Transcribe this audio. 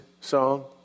song